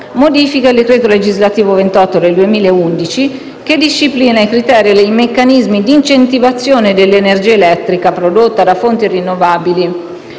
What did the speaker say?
modifica il decreto legislativo n. 28 del 2011, che disciplina i criteri e i meccanismi di incentivazione dell'energia elettrica prodotta da fonti rinnovabili.